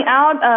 out